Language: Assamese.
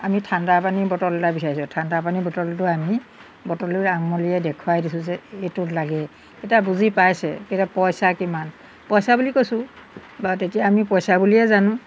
আমি ঠাণ্ডা পানী বটল এটা বিচাৰিছোঁ ঠাণ্ডা পানী বটলটো আমি বটললৈ আঙুলিয়াই দেখুৱাই দিছোঁ যে এইটো লাগে তেতিয়া বুজি পাইছে এতিয়া পইচা কিমান পইচা বুলি কৈছোঁ বা তেতিয়া আমি পইচা বুলিয়ে জানো